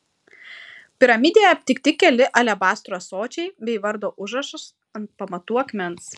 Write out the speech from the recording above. piramidėje aptikti keli alebastro ąsočiai bei vardo užrašas ant pamatų akmens